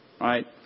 right